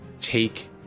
take